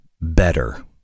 better